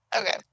Okay